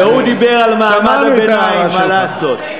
והוא דיבר על מעמד הביניים, מה לעשות.